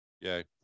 Yay